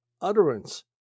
utterance